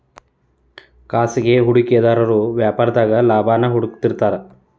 ಖಾಸಗಿ ಹೂಡಿಕೆದಾರು ವ್ಯಾಪಾರದಾಗ ಲಾಭಾನ ಹುಡುಕ್ತಿರ್ತಾರ